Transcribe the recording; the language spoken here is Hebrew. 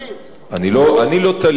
אני לא תליתי את